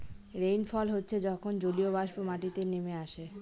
rainfall হচ্ছে যখন জলীয়বাষ্প মাটিতে নেমে আসে